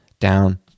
Down